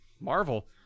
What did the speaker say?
Marvel